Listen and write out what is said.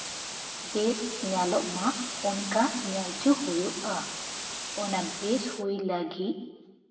ᱵᱮᱥ ᱧᱮᱞᱚᱜ ᱢᱟ ᱚᱱᱠᱟ ᱧᱮᱞ ᱦᱚᱪᱚ ᱦᱩᱭᱩᱜᱼᱟ ᱚᱱᱟ ᱵᱮᱥ ᱦᱩᱭ ᱞᱟᱹᱜᱤᱫ